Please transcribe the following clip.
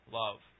love